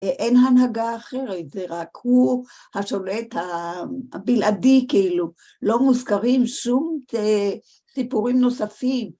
אין הנהגה אחרת, זה רק הוא השולט הבלעדי כאילו, לא מוזכרים שום סיפורים נוספים.